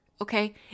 okay